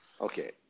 Okay